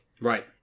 Right